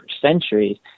centuries